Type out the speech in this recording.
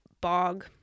bog